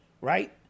right